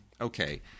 okay